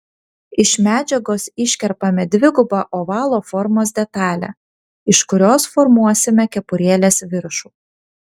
iš medžiagos iškerpame dvigubą ovalo formos detalę iš kurios formuosime kepurėlės viršų